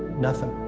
nothing.